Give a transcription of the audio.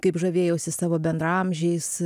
kaip žavėjausi savo bendraamžiais